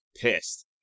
pissed